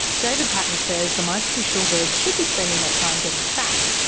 david paton says the migratory shorebirds should be spending their time getting fat,